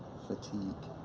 fatigue.